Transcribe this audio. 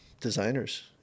designers